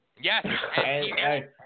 Yes